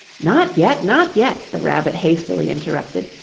not yet, not yet the rabbit hastily interrupted.